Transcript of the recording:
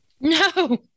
No